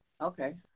Okay